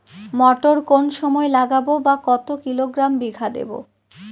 মটর কোন সময় লাগাবো বা কতো কিলোগ্রাম বিঘা দেবো?